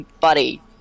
Buddy